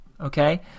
Okay